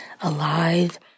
alive